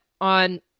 on